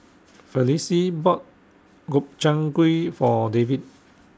Felicie bought Gobchang Gui For David